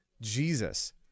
Jesus